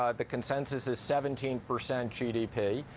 ah the consensus is seventeen percent gdp,